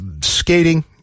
skating